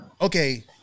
Okay